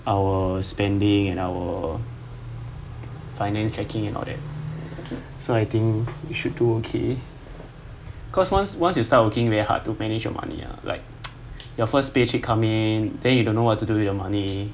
our spending and our finance checking and all that so I think we should do okay cause once once you start working very hard to manage your money ah like your first paycheck coming in then you don't know what to do with your money